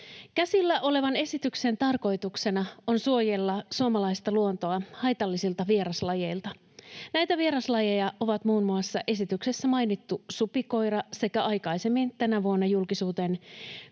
Käsillä olevan esityksen tarkoituksena on suojella suomalaista luontoa haitallisilta vieraslajeilta. Näitä vieraslajeja ovat muun muassa esityksessä mainittu supikoira sekä aikaisemmin tänä vuonna julkisuuteen